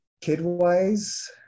Kid-wise